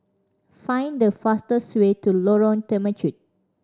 find the fastest way to Lorong Temechut